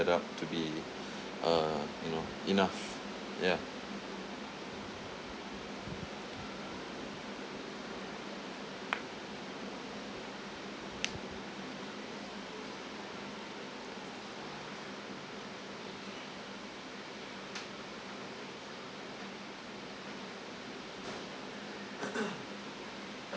add up to be uh you know enough ya